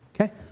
Okay